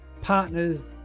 partners